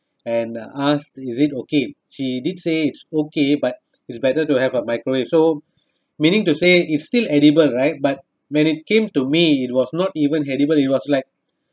and uh ask is it okay she did say it's okay but it's better to have a microwave so meaning to say is still edible right but when it came to me it was not even edible it was like